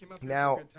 now